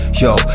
Yo